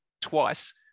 twice